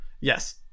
Yes